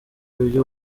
ibyo